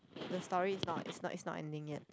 the story is not is not is not ending yet